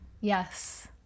yes